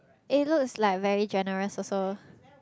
eh looks like very generous also